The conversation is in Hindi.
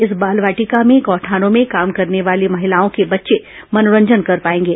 इस बाल वाटिका में गौठानों में काम करने वाली महिलाओं के बच्चे मनोरंजन कर पाएंगे